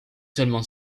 seulement